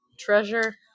treasure